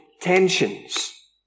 tensions